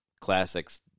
classics